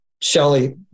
Shelly